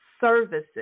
services